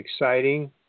exciting